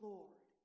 Lord